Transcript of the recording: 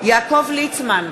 יעקב ליצמן,